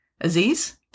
Aziz